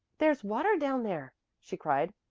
there's water down there, she cried.